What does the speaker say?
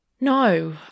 No